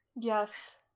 Yes